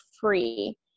free